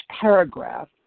paragraph